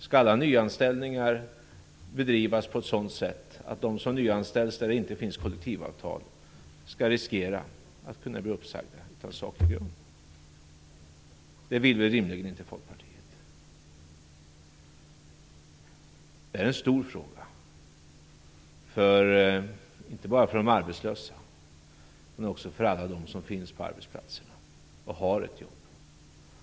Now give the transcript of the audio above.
Skall alla nyanställningar bedrivas på ett sådant sätt att de som nyanställs där det inte finns kollektivavtal skall riskera att kunna bli uppsagda utan saklig grund? Det vill väl rimligen inte Folkpartiet. Det är en stor fråga inte bara för de arbetslösa utan också för alla dem som finns på arbetsplatserna och har ett jobb.